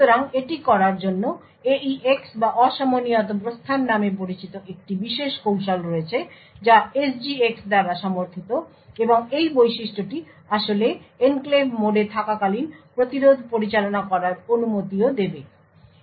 সুতরাং এটি করার জন্য AEX বা অসমনিয়ত প্রস্থান নামে পরিচিত একটি বিশেষ কৌশল রয়েছে যা SGX দ্বারা সমর্থিত এবং এই বৈশিষ্ট্যটি আসলে এনক্লেভ মোডে থাকাকালীন প্রতিরোধ পরিচালনা করার অনুমতিও দেবে